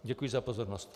Děkuji za pozornost.